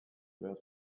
were